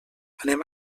anem